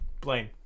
Blaine